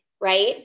right